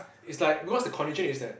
it's like because the condition is that